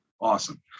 awesome